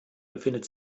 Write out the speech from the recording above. befindet